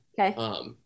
Okay